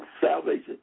salvation